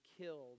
killed